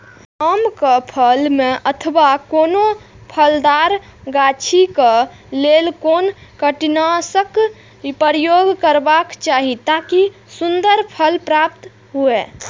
आम क फल में अथवा कोनो फलदार गाछि क लेल कोन कीटनाशक प्रयोग करबाक चाही ताकि सुन्दर फल प्राप्त हुऐ?